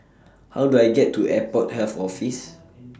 How Do I get to Airport Health Office